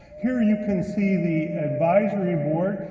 here, you can see the advisory board,